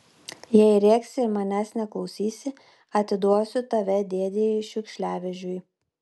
jei rėksi ir manęs neklausysi atiduosiu tave dėdei šiukšliavežiui